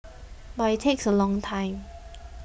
but it takes a long time